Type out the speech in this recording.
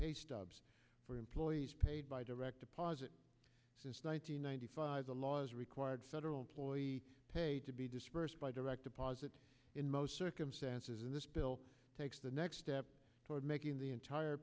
pay stubs for employees paid by direct deposit since nine hundred ninety five the laws required federal employee pay to be disbursed by direct deposit in most circumstances in this bill takes the next step toward making the entire